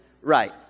right